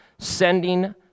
Sending